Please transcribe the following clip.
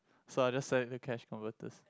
so I just it to Cash Converters